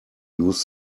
use